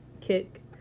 kick